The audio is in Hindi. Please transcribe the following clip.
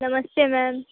नमस्ते मैम